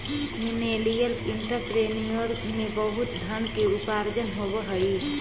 millennial entrepreneur में बहुत धन के उपार्जन होवऽ हई